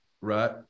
right